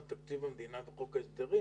עידוד הרכישה של מוצרים ישראלים.